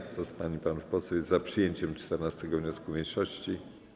Kto z pań i panów posłów jest za przyjęciem 14. wniosku mniejszości?